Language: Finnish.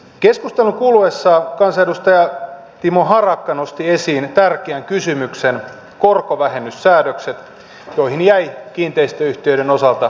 keskustelun kuluessa kansanedustaja timo harakka nosti esiin tärkeän kysymyksen korkovähennyssäädökset joihin jäi kiinteistöyhtiöiden osalta porsaanreikä